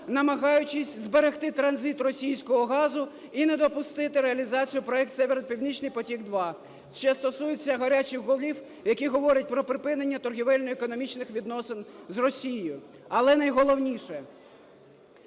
намагаючись зберегти транзит російського газу і не допустити реалізацію проекту "Північний потік-2". Це стосується "гарячих голів", які говорять про припинення торгівельно-економічних відносин з Росією. Але, найголовніше,